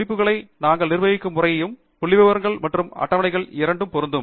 குறிப்புகளை நாங்கள் நிர்வகிக்கும் முறையும் புள்ளிவிவரங்கள் மற்றும் அட்டவணைகள் இரண்டும் பொருந்தும்